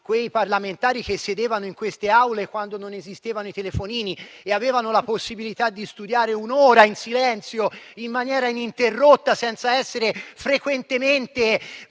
quei parlamentari che sedevano in queste Aule quando non esistevano i telefonini e avevano la possibilità di studiare un'ora in silenzio in maniera ininterrotta, senza essere frequentemente